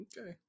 Okay